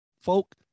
folk